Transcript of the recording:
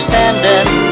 Standing